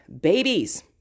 babies